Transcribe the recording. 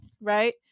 right